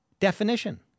definition